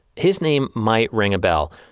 his name might ring a bell.